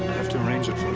have to arrange it